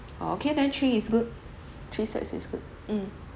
orh okay then three is good three sets is good mm